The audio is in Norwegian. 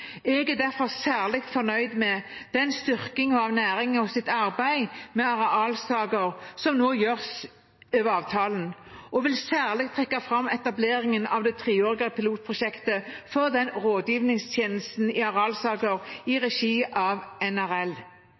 Jeg er derfor særlig fornøyd med styrkingen av næringens arbeid med arealsaker, som nå gjøres over avtalen, og vil særlig trekke fram etableringen av det treårige pilotprosjektet for rådgivningstjenesten i arealsaker i regi av NRL.